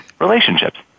relationships